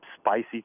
spicy